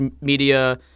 media